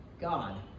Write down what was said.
God